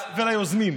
וליוזמים.